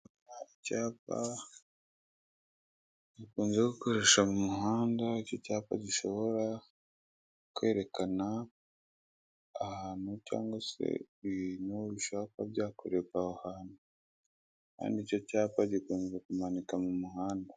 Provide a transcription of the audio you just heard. Icyapa gikunze gukoresha mu muhanda icyo cyapa gishobora kwerekana ahantu cyangwa se ibintu bishakwa byakorerwa aho hantu kandi icyo cyapa gikunze kumanika mu muhanda.